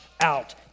out